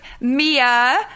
Mia